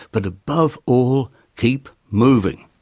but above all keep moving.